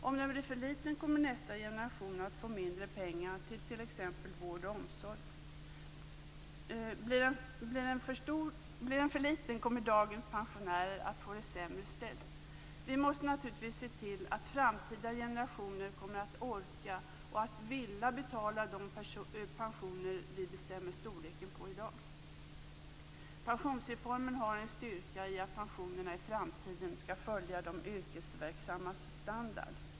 Om den blir för stor kommer nästa generation att få mindre pengar till t.ex. vård och omsorg. Blir den för liten kommer dagens pensionärer att få det sämre ställt. Vi måste naturligtvis se till att framtida generationer kommer att orka och vilja betala de pensioner vi bestämmer storleken på i dag. Pensionsreformen har en styrka i att pensionerna i framtiden skall följa de yrkesverksammas standard.